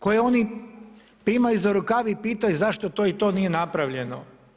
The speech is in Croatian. Koji oni primaju za rukav i pitaju zašto to i to nije napravljeno.